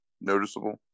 noticeable